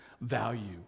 value